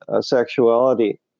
sexuality